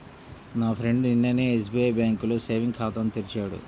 నా ఫ్రెండు నిన్ననే ఎస్బిఐ బ్యేంకులో సేవింగ్స్ ఖాతాను తెరిచాడు